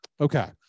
Okay